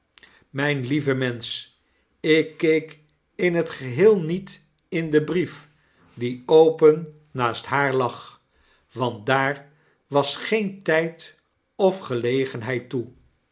myn lieve mensch ik keek in het geheel niet in den brief die open naast haar lag want daar was geen tyd of gelegenheid toe